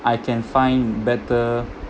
I can find better